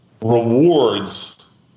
rewards